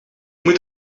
moet